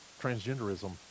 transgenderism